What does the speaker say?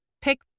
pick